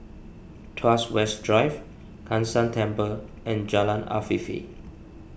Tuas West Drive Kai San Temple and Jalan Afifi